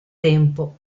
tempo